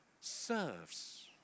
serves